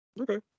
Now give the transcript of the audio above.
Okay